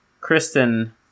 Kristen